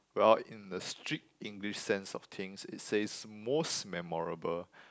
well in the strict English sense of things it says most memorable